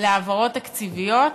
להעברות תקציביות,